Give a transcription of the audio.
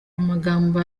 amagambo